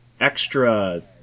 extra